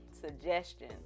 suggestion